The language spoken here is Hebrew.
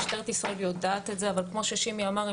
משטרת ישראל יודעת את זה אבל כמו ששימי אמר,